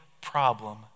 problem